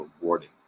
rewarding